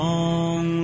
Long